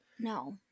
No